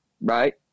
Right